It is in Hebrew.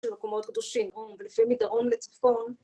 ‫במקומות קדושים ולפעמים ‫מדרום לצפון.